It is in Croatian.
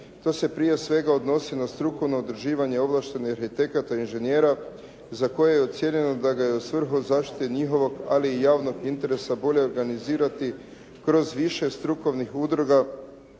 To se prije svega odnosi na strukovno udruživanje ovlaštenih arhitekata i inženjera za koje je ocijenjeno da ga je u svrhu zaštite njihovog ali i javnog interesa bolje organizirati kroz više strukovnih udruga